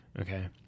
Okay